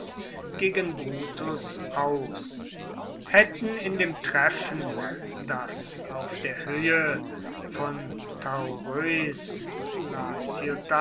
gegen brutus aus hätten in dem treffen das auf der höhe von tauroeis